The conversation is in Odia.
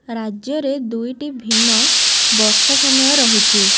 ରାଜ୍ୟରେ ଦୁଇଟି ଭିନ୍ନ ବର୍ଷା ସମୟ ରହିଛି